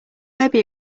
maybe